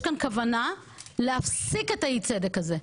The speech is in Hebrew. יש כאן כוונה להפסיק את אי הצדק שקיים.